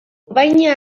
konpainia